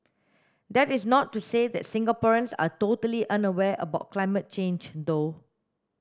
that is not to say that Singaporeans are totally unaware about climate change though